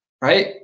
right